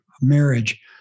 marriage